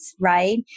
right